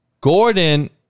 Gordon